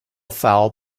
foul